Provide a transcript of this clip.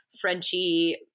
Frenchie